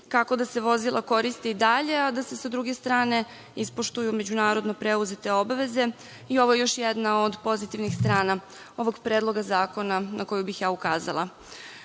kako da se vozila koriste i dalje, a da se sa druge strane ispoštuju međunarodno preuzete obaveze i ovo je još jedna od pozitivnih strana ovog predloga zakona na koji bih ja ukazala. Dakle,